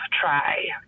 try